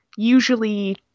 Usually